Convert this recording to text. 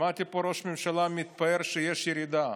שמעתי פה את ראש הממשלה מתפאר שיש ירידה.